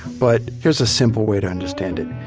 but here's a simple way to understand it.